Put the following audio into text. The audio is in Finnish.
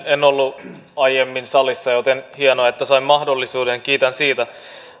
ollut aiemmin salissa joten hienoa että sain mahdollisuuden kiitän siitä